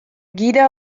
gida